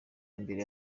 imbere